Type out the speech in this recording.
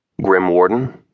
Grimwarden